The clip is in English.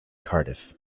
cardiff